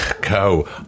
go